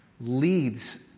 leads